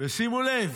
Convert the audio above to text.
ושימו לב,